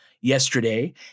yesterday